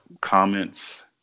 comments